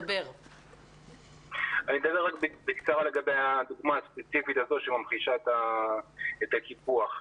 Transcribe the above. אני אתן דוגמה ספציפית שממחישה את הקיפוח.